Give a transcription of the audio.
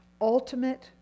ultimate